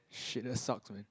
shit that sucks man